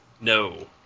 No